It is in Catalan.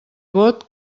vot